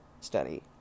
study